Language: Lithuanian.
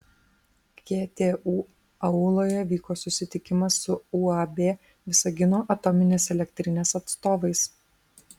ktu auloje vyko susitikimas su uab visagino atominės elektrinės atstovais